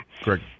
greg